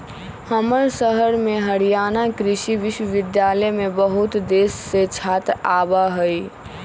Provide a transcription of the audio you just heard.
हमर शहर में हरियाणा कृषि विश्वविद्यालय में बहुत देश से छात्र आवा हई